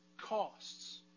costs